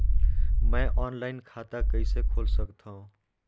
मैं ऑनलाइन खाता कइसे खोल सकथव?